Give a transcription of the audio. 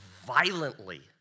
violently